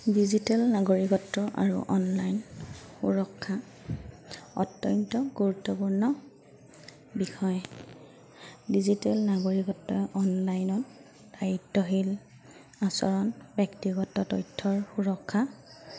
digital নাগৰিকত্ব আৰু online সুৰক্ষা অত্যন্ত গুৰুত্বপূৰ্ণ বিষয় ডিজিটেল নাগৰিকত্ব অনলাইনত দায়িত্বশীল আচৰণ ব্যক্তিগত তথ্যৰ সুৰক্ষা